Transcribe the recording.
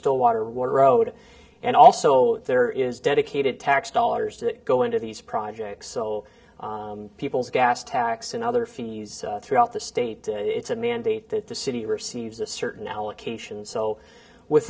stillwater road and also there is dedicated tax dollars that go into these projects so people's gas tax and other fees throughout the state it's a mandate that the city receives a certain allocation so with